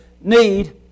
need